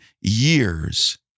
years